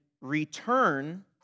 return